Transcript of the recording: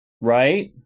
Right